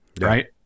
right